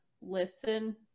listen